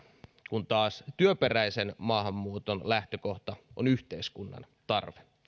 kun taas työperäisen maahanmuuton lähtökohta on yhteiskunnan tarve